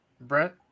Brent